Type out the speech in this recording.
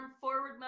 forward